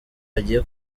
hagiye